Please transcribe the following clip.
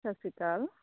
ਸਤਿ ਸ਼੍ਰੀ ਅਕਾਲ